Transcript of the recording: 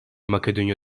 makedonya